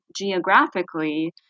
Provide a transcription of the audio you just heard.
geographically